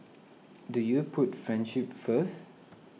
do you put friendship first